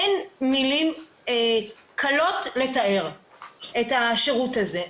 אין מילים קלות לתאר את השירות הזה.